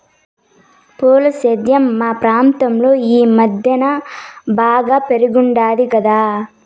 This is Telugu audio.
పూల సేద్యం మా ప్రాంతంలో ఈ మద్దెన బాగా పెరిగుండాది కదా